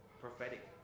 prophetic